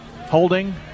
Holding